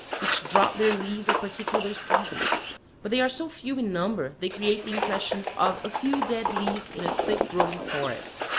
which drop their leaves at particular seasons but they are so few in number they create the impression of a few dead leaves in a thick-growing forest.